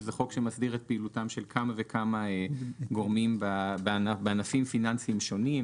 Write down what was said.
שזה חוק שמסדיר את פעילותם של כמה וכמה גורמים בענפים פיננסיים שונים,